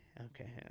okay